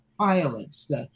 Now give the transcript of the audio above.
violence